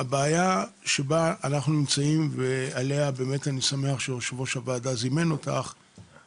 הבעיה בה אנחנו נמצאים ואני שמח שיושב ראש הוועדה זימן אותך לדיון הזה,